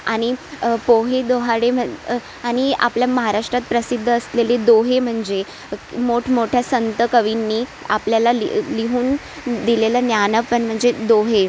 आणि पोहे दोहाडे म्हणजे आणि आपल्या महाराष्ट्रात प्रसिद्ध असलेले दोहे म्हणजे मोठमोठ्या संत कवींनी आपल्याला लि लिहून दिलेलं ज्ञानपण म्हणजे दोहे